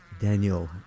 daniel